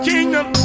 Kingdom